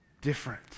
different